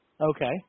Okay